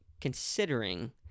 considering